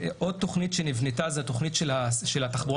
עוד תכנית שנבנתה היא תוכנית של התחבורה